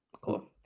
Cool